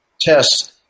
test